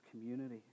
community